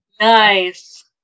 Nice